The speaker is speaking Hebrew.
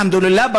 אלחמדולילה,